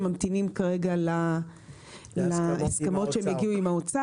ממתינים כרגע להסכמות שהם יגיעו עם האוצר.